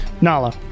Nala